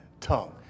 Tongue